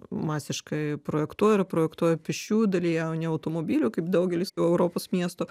masiškai projektuoja ir projektuoja pėsčiųjų dalyje o ne automobilių kaip daugelis europos miestų